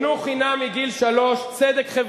למה לא לבטל את חוק